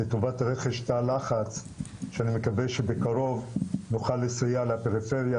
לטובת רכש תא לחץ שאני מקווה שבקרוב נוכל לסייע לפריפריה,